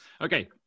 okay